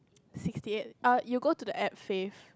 sixty eight err you go to the app fave